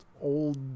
Old